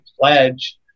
pledge